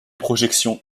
projections